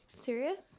Serious